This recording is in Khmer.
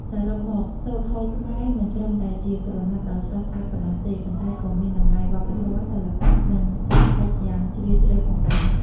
សរុបមក សូត្រហូលខ្មែរ មិនត្រឹមតែជាក្រណាត់ដ៏ស្រស់ស្អាតប៉ុណ្ណោះទេ ប៉ុន្តែក៏មានតម្លៃវប្បធម៌ សិល្បៈ និងសេដ្ឋកិច្ចយ៉ាងជ្រាលជ្រៅផងដែរ។